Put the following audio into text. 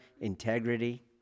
integrity